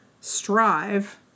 strive